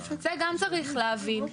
גם את זה צריך להבין.